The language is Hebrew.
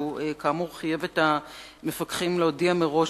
וכאמור הוא חייב את הפקחים להודיע מראש